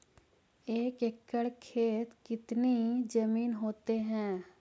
एक एकड़ खेत कितनी जमीन होते हैं?